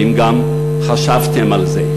האם גם חשבתם על זה?